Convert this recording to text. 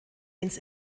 ins